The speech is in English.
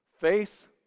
face